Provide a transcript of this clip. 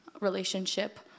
relationship